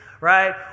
right